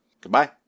Goodbye